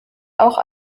auch